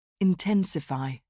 Intensify